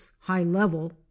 high-level